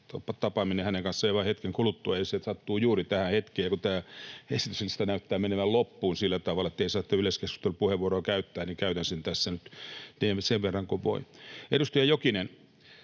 tapaaminen hänen kanssaan aivan hetken kuluttua. Se sattuu juuri tähän hetkeen, kun esityslista näyttää menevän loppuun sillä tavalla, että ei muuten saa yleiskeskustelupuheenvuoroa käyttää, joten käytän sen tässä nyt ja teen sen verran kuin voin. Edustaja Jokinen,